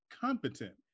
competent